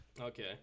Okay